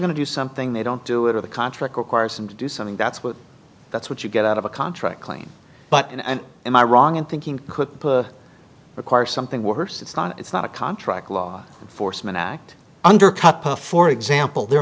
going to do something they don't do it or the contract requires them to do something that's what that's what you get out of a contract claim but am i wrong in thinking could require something worse it's not it's not a contract law enforcement act undercut for example there are